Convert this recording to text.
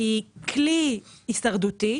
היא כלי הישרדותי